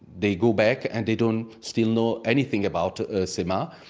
they go back and they don't still know anything about ah ah sema.